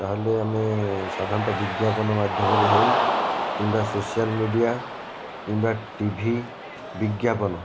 ତାହେଲେ ଆମେ ସାଧାରଣତଃ ବିଜ୍ଞାପନ ମାଧ୍ୟମରେ ହେଉ କିମ୍ବା ସୋସିଆଲ ମିଡ଼ିଆ କିମ୍ବା ଟିଭି ବିଜ୍ଞାପନ